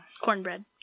cornbread